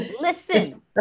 Listen